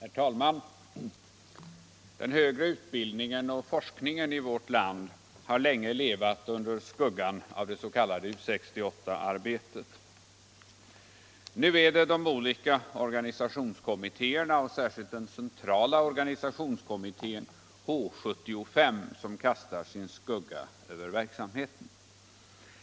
Herr talman! Den högre utbildningen och forskningen i vårt land har länge levat i skuggan av det s.k. U 68-arbetet. Nu är det de olika organisationskommittéerna och särskilt den centrala organisationskommittén, H 75, som kastar sin skugga över verksamheten.